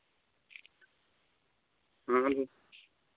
ᱛᱟᱞᱦᱮ ᱢᱤᱭᱟᱝ ᱪᱟᱞᱟᱣ ᱞᱮᱱᱠᱷᱟᱡ ᱠᱚᱞ ᱵᱟᱝ ᱵᱟᱲᱦᱟᱜ ᱰᱷᱮᱨᱚᱜ ᱟᱛᱚ